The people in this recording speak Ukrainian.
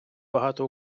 багато